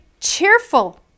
cheerful